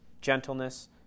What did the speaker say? gentleness